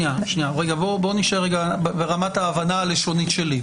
--- בואו נישאר ברמת ההבנה הלשונית שלי,